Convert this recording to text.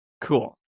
cool